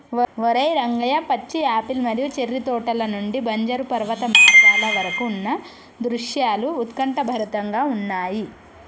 ఓరై రంగయ్య పచ్చి యాపిల్ మరియు చేర్రి తోటల నుండి బంజరు పర్వత మార్గాల వరకు ఉన్న దృశ్యాలు ఉత్కంఠభరితంగా ఉన్నయి